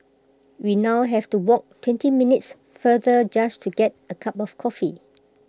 we now have to walk twenty minutes farther just to get A cup of coffee